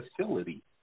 facility